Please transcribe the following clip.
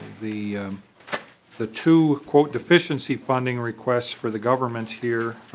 the the two deficiency refund requests for the government here